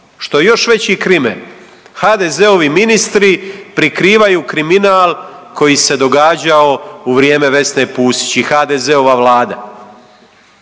Što je još veći krimen. HDZ-ovi ministri prikrivaju kriminal koji se događao u vrijeme Vesne Pusić i HDZ-ove vlade.